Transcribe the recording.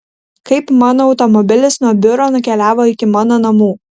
kaip mano automobilis nuo biuro nukeliavo iki mano namų